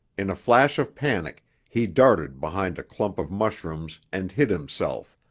in a flash of panic he darted behind a clump of mushrooms and hid himself,